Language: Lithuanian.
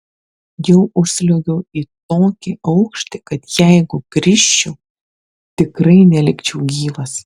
jau užsliuogiau į tokį aukštį kad jeigu krisčiau tikrai nelikčiau gyvas